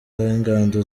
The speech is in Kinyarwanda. ingando